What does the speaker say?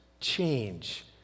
change